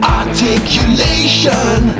articulation